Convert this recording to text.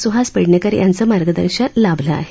सुहास पेडणेकर यांच मार्गदर्शन लाभल आहे